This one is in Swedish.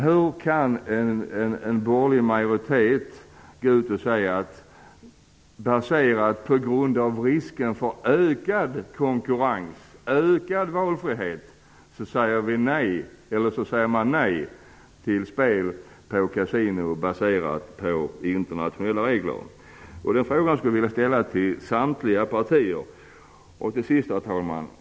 Hur kan en borgerlig majoritet säga nej till spel på kasino enligt internationella regler på grund av risken för ökad konkurrens och ökad valfrihet? Den frågan vill jag ställa till samtliga partier. Herr talman!